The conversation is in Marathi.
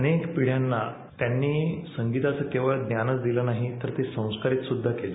अनेक पिढ्यांना त्यांनी संगीताचं केवळ ज्ञानच दिलं नाही तर ते संस्कारीत सुद्धा केलं